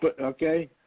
Okay